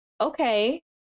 okay